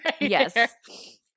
Yes